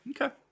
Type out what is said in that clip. Okay